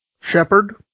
Shepard